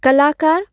कलाकारु